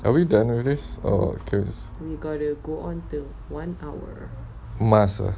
are we done with this must ah